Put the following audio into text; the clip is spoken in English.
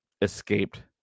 escaped